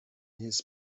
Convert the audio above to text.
his